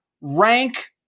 rank